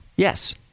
Yes